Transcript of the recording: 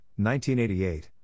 1988